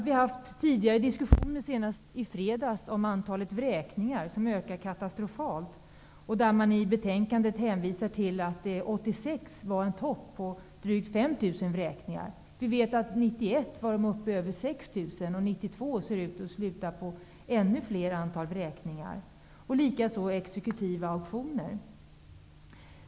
Vi har tidigare haft diskussioner, senast i fredags, om antalet vräkningar. Det ökar katastrofalt. I betänkandt hänvisas till att det 1986 var en topp på drygt 5 000 vräkningar. Vi vet att det 1991 var över 6 000 vräkningar. I år ser det ut att sluta på ännu fler vräkningar och exekutiva auktioner.